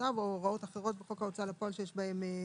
הוראות אחרות בחוק ההוצאה לפועל שיש בהן